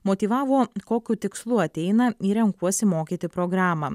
motyvavo kokiu tikslu ateina į renkuosi mokyti programą